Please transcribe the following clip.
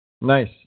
Nice